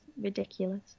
ridiculous